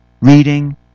reading